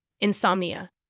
insomnia